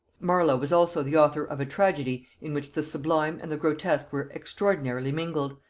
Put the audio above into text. marlow was also the author of a tragedy, in which the sublime and the grotesque were extraordinarily mingled,